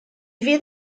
fydd